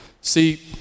see